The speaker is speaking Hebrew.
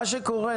מה שקורה,